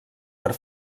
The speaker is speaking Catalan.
per